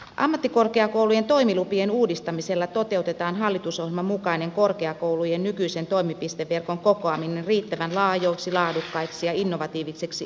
ammattikorkeakoulujen toimilupien uudistamisella toteutetaan hallitusohjelman mukainen korkeakoulujen nykyisen toimipisteverkon kokoaminen riittävän laajoiksi laadukkaiksi ja innovatiivisiksi osaamisympäristöiksi